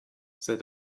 said